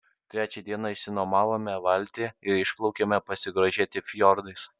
trečią dieną išsinuomojome valtį ir išplaukėme pasigrožėti fjordais